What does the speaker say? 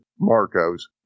Marcos